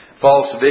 false